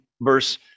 verse